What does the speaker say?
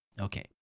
Okay